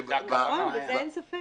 נכון, בזה אין ספק.